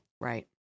Right